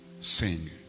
sing